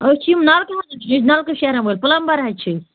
أسۍ چھِ یِم نَلکہٕ وٲلۍ چھِ نَلکہٕ شیرَن وٲلۍ پُلَمبَر حظ چھِ أسۍ